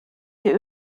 die